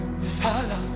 father